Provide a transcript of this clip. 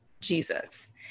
Jesus